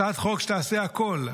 הצעת חוק שתעשה הכול,